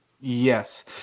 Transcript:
Yes